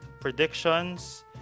predictions